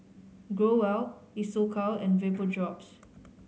Growell Isocal and Vapodrops